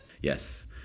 Yes